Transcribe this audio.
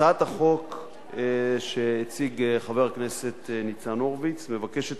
הצעת החוק שהציג חבר הכנסת ניצן הורוביץ מבקשת